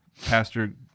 Pastor